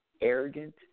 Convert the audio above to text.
arrogant